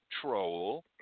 Troll